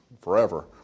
forever